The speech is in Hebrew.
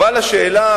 אבל השאלה,